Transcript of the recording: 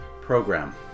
program